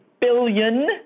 billion